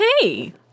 hey